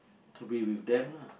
to be with them lah